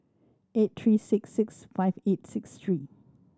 eight three six six five eight six three